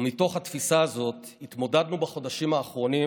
ומתוך התפיסה הזאת התמודדנו בחודשים האחרונים